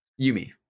Yumi